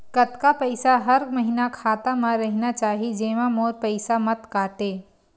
कतका पईसा हर महीना खाता मा रहिना चाही जेमा मोर पईसा मत काटे?